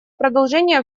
продолжения